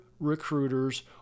recruiters